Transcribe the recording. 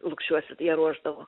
lukšiuose ją ruošdavo